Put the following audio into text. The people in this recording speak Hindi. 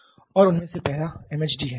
और उनमें से पहला एमएचडी है